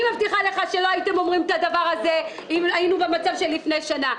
אני מבטיחה לך שלא הייתם אומרים את הדבר הזה אם היינו במצב של לפני שנה.